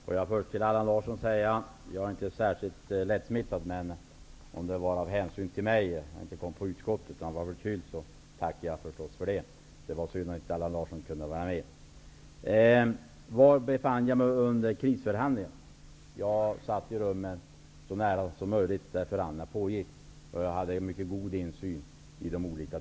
Herr talman! Jag är inte särskilt lättsmittad. Men om det var av hänsyn till mig som Allan Larsson inte kom till utskottet när han var förkyld, tackar jag naturligtvis för det. Det var synd att Allan Allan Larsson undrade var jag befann mig under krisförhandlingarna. Jag satt i ett rum som låg så nära det rum där förhandlingarna pågick som möjligt.